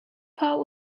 part